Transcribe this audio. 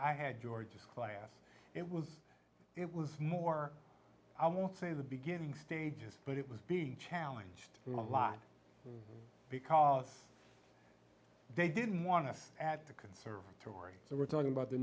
i had george's class it was it was more i won't say the beginning stages but it was being challenged a lot because they didn't want to add to conservatory they were talking about the